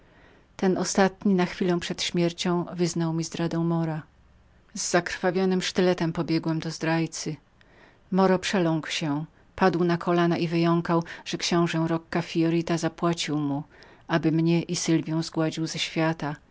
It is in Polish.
antonina ostatni na chwilę przed śmiercią wyznał mi zdradę mora z zakrwawionym sztyletem pobiegłem do zdrajcy moro przeląkł się padł na kolana i wyjąkał że książe rocca fiorita zapłacił mu aby mnie i sylwię zgładził ze świata